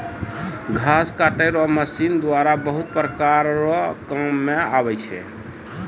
घास काटै रो मशीन द्वारा बहुत प्रकार रो काम मे आबै छै